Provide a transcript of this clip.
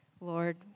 Lord